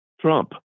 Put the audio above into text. Trump